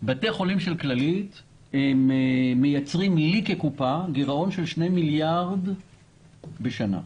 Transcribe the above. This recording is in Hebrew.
בתי החולים של כללית מייצרים לי כקופה גירעון של 2 מיליארד שקל בשנה.